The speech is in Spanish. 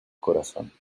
corazón